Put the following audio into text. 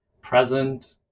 present